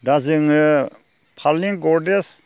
दा जोङो फालें गद्रेज